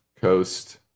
Coast